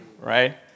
right